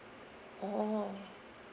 oh